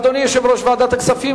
אדוני יושב-ראש ועדת הכספים,